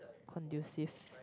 conducive